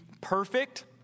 perfect